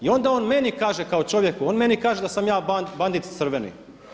I onda on meni kaže kao čovjeku, onda on meni kaže da sam ja bandit crveni.